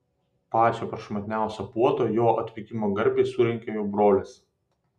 pačią prašmatniausią puotą jo atvykimo garbei surengė jo brolis